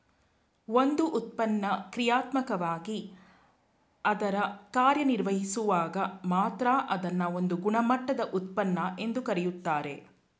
ಒಂದು ಉತ್ಪನ್ನ ಕ್ರಿಯಾತ್ಮಕವಾಗಿ ಅದ್ರ ಕಾರ್ಯನಿರ್ವಹಿಸುವಾಗ ಮಾತ್ರ ಅದ್ನ ಒಂದು ಗುಣಮಟ್ಟದ ಉತ್ಪನ್ನ ಎಂದು ಕರೆಯುತ್ತಾರೆ